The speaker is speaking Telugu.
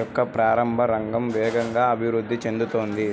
యొక్క ప్రారంభ రంగం వేగంగా అభివృద్ధి చెందుతోంది